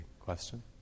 Question